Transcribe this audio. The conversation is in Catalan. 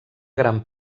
gran